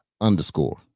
underscore